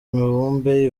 imibumbe